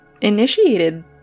initiated